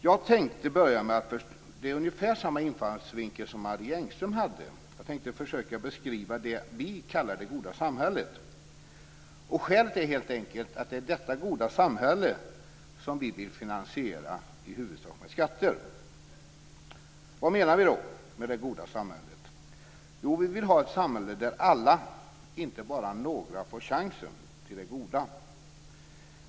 Jag tänkte börja - och det är ungefär samma infallsvinkel som Marie Engström hade - med att försöka beskriva det vi kallar det goda samhället. Skälet är helt enkelt att det är detta goda samhälle som vi i huvudsak vill finansiera med skatter. Vad menar vi då med det goda samhället? Jo, vi vill ha ett samhälle där alla, inte bara några, får chansen till det goda.